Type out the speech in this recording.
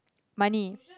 money